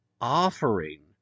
offering